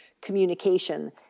communication